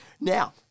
Now